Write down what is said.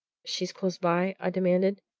she's close by? i demanded.